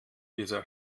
dieser